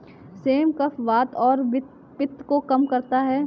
same कफ, वात और पित्त को कम करता है